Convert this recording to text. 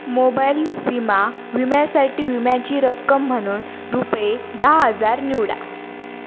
mobile विमा विम्यासाठी विम्याची रक्कम म्हणून रुपये दहा हजार निवडा